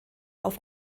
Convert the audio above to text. auf